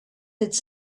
its